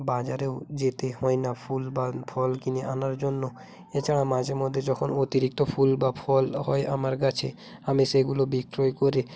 বাজারেও যেতে হয় না ফুল বা ফল কিনে আনার জন্য এছাড়া মাঝে মধ্যে যখন অতিরিক্ত ফুল বা ফল হয় আমার গাছে আমি সেগুলো বিক্রয় করে